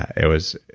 it was.